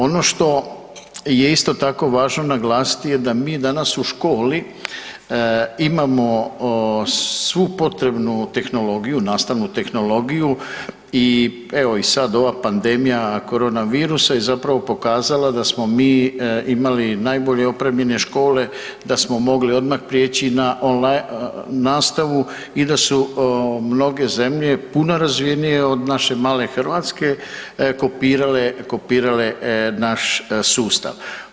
Ono što je isto tako važno naglasiti da mi danas u školi imamo svu potrebnu tehnologiju, nastavnu tehnologiju i evo sad ova pandemija korona virusa je zapravo pokazala da smo mi imali najbolje opremljene škole, da smo mogli odmah prijeći na on line nastavu i da su mnoge zemlje puno razvijenije od naše male Hrvatske kopirale naš sustav.